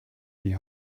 die